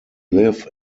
live